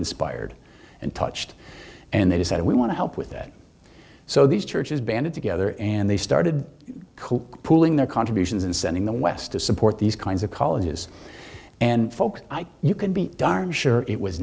inspired and touched and they decided we want to help with that so these churches banded together and they started koch pooling their contributions and sending the west to support these kinds of colleges and folks you can be darn sure it was